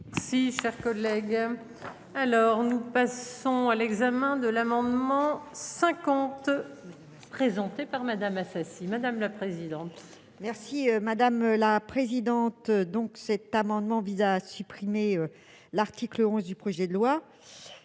Si cher collègue. Alors, nous passons à l'examen de l'amendement 50. Présenté par Madame Assassi madame la présidente. Merci madame la présidente. Donc cet amendement vise à supprimer l'article 11 du projet de loi.